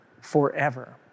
forever